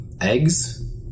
eggs